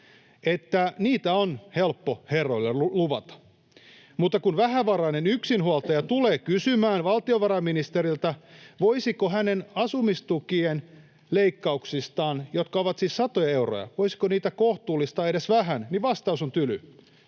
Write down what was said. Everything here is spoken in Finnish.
että niitä on helppo herroille luvata. Mutta kun vähävarainen yksinhuoltaja tulee kysymään valtiovarainministeriltä, voisiko hänen asumistukiensa leikkauksia, jotka ovat siis satoja euroja, kohtuullistaa edes vähän, niin vastaus on tyly: